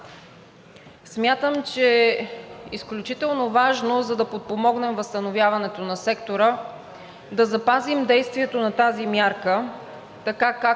Смятам, че е изключително важно, за да подпомогнем възстановяването на сектора, да запазим действието на тази мярка, така, както